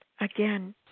again